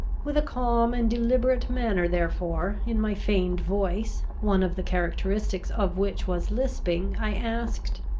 with a calm and deliberate manner therefore, in my feigned voice, one of the characteristics of which was lisping, i asked,